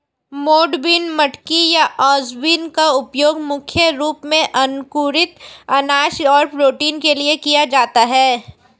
मोठ बीन, मटकी या ओस बीन का उपयोग मुख्य रूप से अंकुरित अनाज और प्रोटीन के लिए किया जाता है